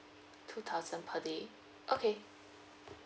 two thousand per day okay